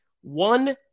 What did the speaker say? One